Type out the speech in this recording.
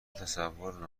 تصور